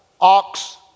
ox